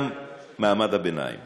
גם מעמד הביניים